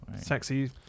sexy